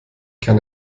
kann